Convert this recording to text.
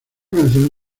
canción